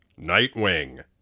Nightwing